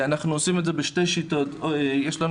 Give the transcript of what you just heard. אנחנו עושים את זה בשני כלים שיש לנו